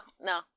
no